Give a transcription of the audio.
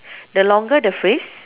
the longer the phrase